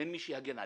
אין מי שיגן עליהם.